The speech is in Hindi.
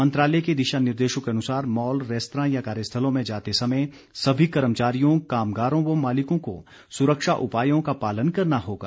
मंत्रालय के दिशा निर्देशों के अनुसार मॉल रेस्तरां या कार्यस्थलों में जाते समय सभी कर्मचारियों कामगारों या मालिकों को सुरक्षा उपायों का पालन करना होगा